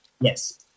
yes